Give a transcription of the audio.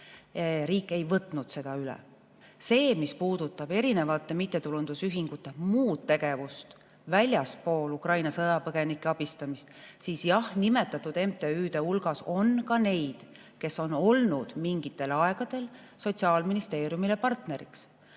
Riik ei võtnud seda üle. Mis puudutab erinevate mittetulundusühingute muud tegevust väljaspool Ukraina sõjapõgenike abistamist, siis jah, nimetatud MTÜ-de hulgas on ka neid, kes on olnud mingitel aegadel Sotsiaalministeeriumile partneriks.